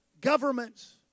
governments